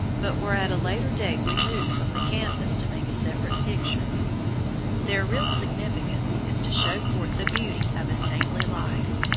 but were at a later date removed from the canvas to make a separate picture their real significance is to show forth the beauty of a saintly life.